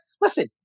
listen